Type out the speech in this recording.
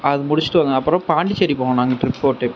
அது முடிச்சிட்டு நாங்கள் அப்புறம் பாண்டிசேரி போனோம் நாங்கள் ட்ரிப் போட்டு